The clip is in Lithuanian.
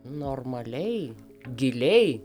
normaliai giliai